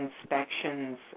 inspections